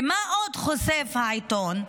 ומה עוד חשף העיתון?